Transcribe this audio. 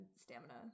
stamina